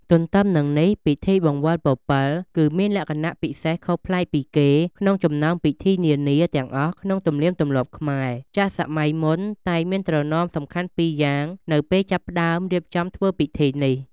ទន្ទឹមនឹងនេះ ពិធីបង្វិលពពិល គឺ មានលក្ខណៈពិសេសខុសប្លែកពីគេ ក្នុងចំណោមពិធីនានាទាំងអស់ក្នុងទំនៀមទម្លាប់ខ្មែរ ។ ចាស់សម័យមុនតែងមានត្រណមសំខាន់ពីរយ៉ាងនៅពេលចាប់ផ្តើមរៀបចំធ្វើពិធីនេះ។